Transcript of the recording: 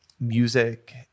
music